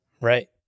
Right